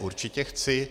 Určitě chci.